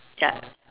ya